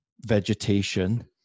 vegetation